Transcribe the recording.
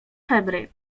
febry